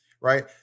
right